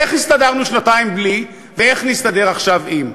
איך הסתדרנו שנתיים בלי ואיך נסתדר עכשיו עם?